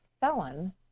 felon